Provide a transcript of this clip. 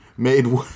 Made